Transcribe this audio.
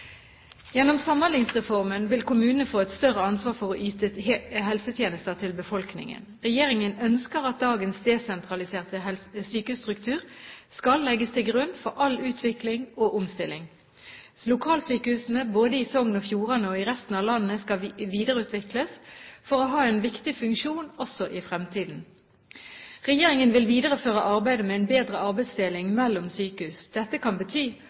Gjennom Samhandlingsreformen vil kommunene få et større ansvar for å yte helsetjenester til befolkningen. Regjeringen ønsker at dagens desentraliserte sykehusstruktur skal legges til grunn for all utvikling og omstilling. Lokalsykehusene, både i Sogn og Fjordane og i resten av landet, skal videreutvikles for å ha en viktig funksjon også i fremtiden. Regjeringen vil videreføre arbeidet med en bedre arbeidsdeling mellom sykehus. Dette kan bety